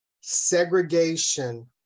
segregation